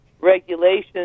regulations